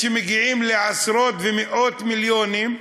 בתקציב, שמגיעים לעשרות ומאות מיליונים,